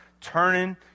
turning